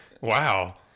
wow